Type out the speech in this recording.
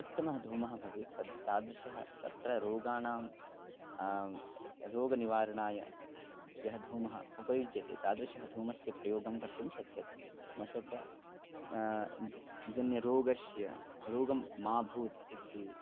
उत्तमः धूमः भवेत् तद् तादृशः तत्र रोगाणां रोगनिवारणाय यः धूमः उपयुज्यते तादृशस्य धूमस्य प्रयोगं कर्तुं शक्यते मशकः जन्यरोगस्य रोगं मा भूत् इति